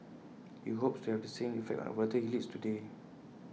he hopes to have the same effect on the volunteers he leads today